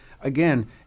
again